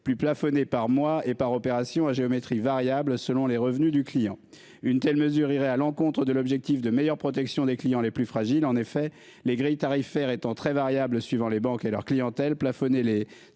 plus plafonné par mois et par opération à géométrie variable selon les revenus du client. Une telle mesure irait à l'encontre de l'objectif de meilleure protection des clients les plus fragiles en effet les grilles tarifaires étant très variables suivant les banques et leur clientèle plafonner les